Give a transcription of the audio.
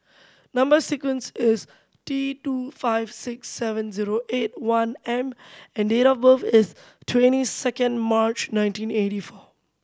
number sequence is T two five six seven zero eight one M and date of birth is twenty second March nineteen eighty four